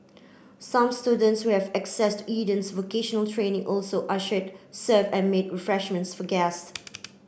some students who have access to Eden's vocational training also ushered served and made refreshments for guests